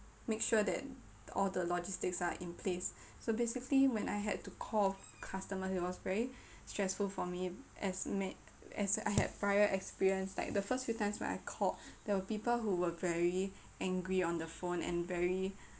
make sure that all the logistics are in place so basically when I had to call customers it was very stressful for me as ma~ as I had prior experience like the first few times when I called there were people who were very angry on the phone and very